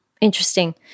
Interesting